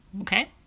okay